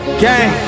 gang